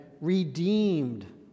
redeemed